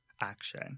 action